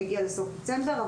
הוא הגיע לסוף דצמבר,